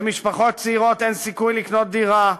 למשפחות צעירות אין שום סיכוי לקנות דירה,